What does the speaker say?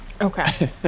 Okay